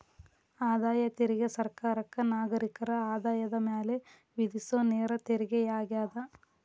ಆದಾಯ ತೆರಿಗೆ ಸರ್ಕಾರಕ್ಕ ನಾಗರಿಕರ ಆದಾಯದ ಮ್ಯಾಲೆ ವಿಧಿಸೊ ನೇರ ತೆರಿಗೆಯಾಗ್ಯದ